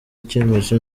icyemezo